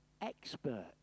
expert